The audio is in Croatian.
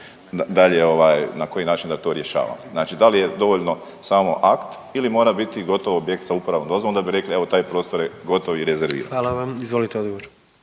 ovaj, na koji način da to rješavamo? Znači da li je dovoljno samo akt ili mora biti gotov objekt sa uporabnom dozvolom da bi rekli, evo, taj prostor je gotov i rezerviran? **Jandroković, Gordan